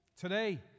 Today